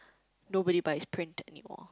nobody buys print anymore